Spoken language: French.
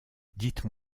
dites